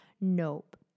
Nope